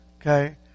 okay